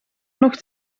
nog